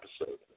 episode